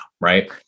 right